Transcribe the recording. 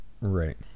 Right